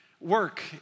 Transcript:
Work